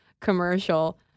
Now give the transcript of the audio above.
commercial